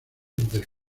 del